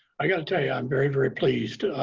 i've got to tell you, i'm very, very pleased.